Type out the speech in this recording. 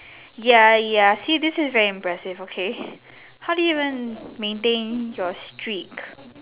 ya ya see this is very impressive okay how do you even maintain your streak